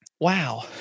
Wow